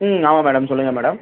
ம் ஆமாம் மேடம் சொல்லுங்கள் மேடம்